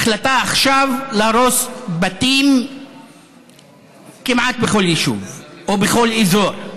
החלטה: עכשיו להרוס בתים כמעט בכל יישוב או בכל אזור.